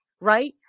right